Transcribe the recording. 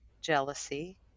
jealousy